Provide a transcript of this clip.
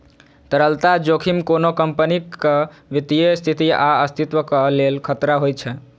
तरलता जोखिम कोनो कंपनीक वित्तीय स्थिति या अस्तित्वक लेल खतरा होइ छै